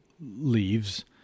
leaves